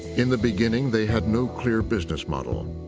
in the beginning, they had no clear business model.